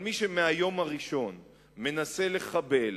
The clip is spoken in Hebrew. אבל מי שמהיום הראשון מנסה לחבל,